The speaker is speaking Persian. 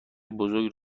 بزرگ